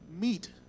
Meet